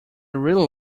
really